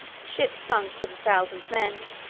ships sunk with a thousand men,